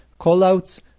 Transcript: callouts